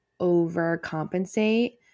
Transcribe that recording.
overcompensate